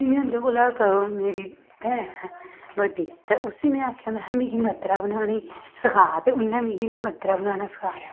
इ'यां इं'दे कोला इक ओह् मेरी भैन ऐ बड्डी ते उस्सी में आखेआ मैंहे मिगी मद्दरा बनाने दी सखा ते उ'न्नै मिगी मद्दरा बनाना सिखाया